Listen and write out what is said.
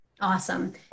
Awesome